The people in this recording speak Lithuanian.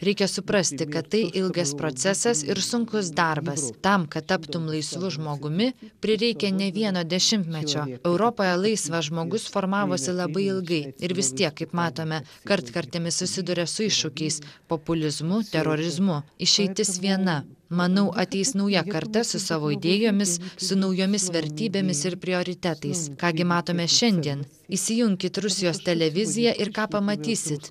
reikia suprasti kad tai ilgas procesas ir sunkus darbas tam kad taptum laisvu žmogumi prireikė ne vieno dešimtmečio europoje laisvas žmogus formavosi labai ilgai ir vis tiek kaip matome kartkartėmis susiduria su iššūkiais populizmu terorizmu išeitis viena manau ateis nauja karta su savo idėjomis su naujomis vertybėmis ir prioritetais ką gi matome šiandien įsijunkite rusijos televiziją ir ką pamatysit